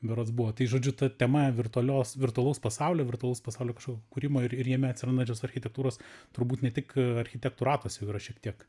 berods buvo tai žodžiu ta tema virtualios virtualaus pasaulio virtualaus pasaulio kažkokio kūrimo ir ir jame atsirandančios architektūros turbūt ne tik architektūratas jau yra šiek tiek